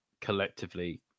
collectively